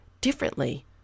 differently